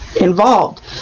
involved